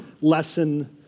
lesson